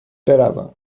بروم